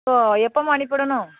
ஓ எப்போம்மா அனுப்பி விடணும்